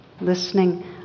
listening